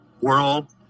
world